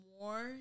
more